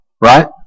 right